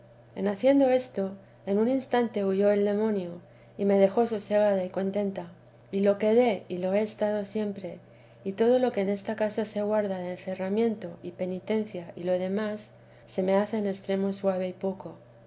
en haciendo esto en un instante huyó el demonio y me dejó sosegada y contenta y lo quedé y lo he estado siempre y todo lo que en esta casa se guarda de encerramiento penitencia y lo demás se me hace en extremo suave y poco